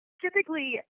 Typically